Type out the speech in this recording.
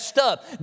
Up